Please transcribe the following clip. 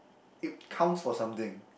it counts for something